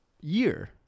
year